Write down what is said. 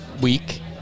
week